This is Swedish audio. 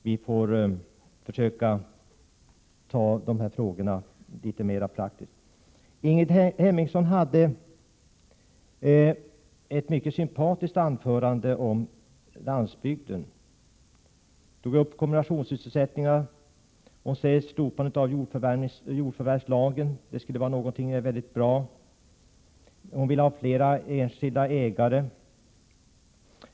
Vi får försöka angripa frågorna litet mera praktiskt. Ingrid Hemmingsson höll ett mycket sympatiskt anförande om landsbygden. Hon tog upp kombinationssysselsättningar, hon tyckte att slopandet av jordförvärvslagen skulle vara någonting bra och hon ville ha fler enskilda ägare.